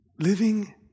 Living